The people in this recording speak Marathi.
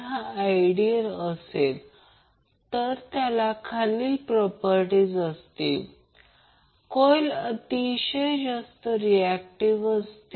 जर I I 0 असेल तर I0 2R परंतु I I0 √ 2 वर ते 12 असेल